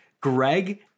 Greg